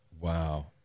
wow